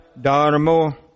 Dharma